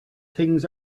things